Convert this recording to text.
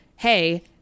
hey